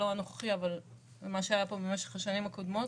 לא הנוכחי אבל מה שהיה פה במשך השנים הקודמות.